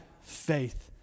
faith